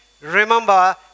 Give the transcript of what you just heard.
Remember